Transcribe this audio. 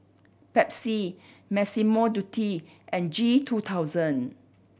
Pepsi Massimo Dutti and G two thousand